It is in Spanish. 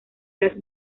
las